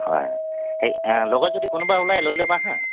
হয় সেই লগত যদি কোনোবা ওলায় লৈ ল'বা হা